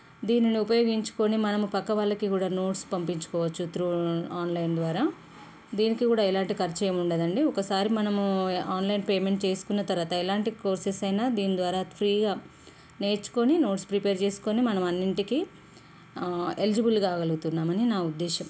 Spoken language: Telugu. దీనిని ఉపయోగించుకోని మనము పక్కవాళ్ళకి కూడా నోట్స్ పంపించుకోవచ్చు త్రూ ఆన్లైన్ ద్వారా దీనికి కూడా ఎలాంటి ఖర్చేముండదండి ఒకసారి మనము ఆన్లైన్ పేమెంట్ చేసుకున్న తర్వాత ఎలాంటి కోర్సెస్ అయిన దీని ద్వారా ఫ్రీగా నేర్చుకోని నోట్స్ ప్రిపేర్ చేసుకోని మనం అన్నింటికీ ఎలిజిబుల్ కాగలుగుతున్నామని నా ఉద్దేశం